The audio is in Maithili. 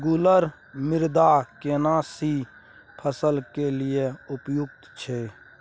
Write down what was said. रेगुर मृदा केना सी फसल के लिये उपयुक्त छै?